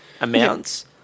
amounts